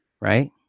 right